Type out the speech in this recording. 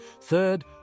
Third